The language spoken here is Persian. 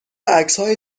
عکسهای